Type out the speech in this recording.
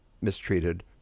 mistreated